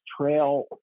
trail